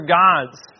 gods